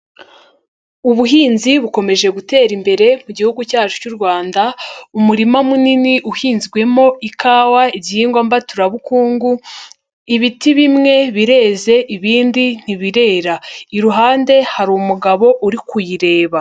Ubuhinzi bukomeje gutera imbere mu gihugu cyacu cy'u Rwanda, umurima munini uhinzwemo ikawa igihingwa mbaturabukungu, ibiti bimwe birenze ibindi ntibirera, iruhande hari umugabo uri kuyireba.